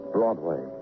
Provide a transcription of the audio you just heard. Broadway